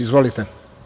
Izvolite.